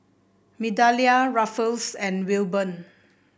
Migdalia Ruffus and Wilburn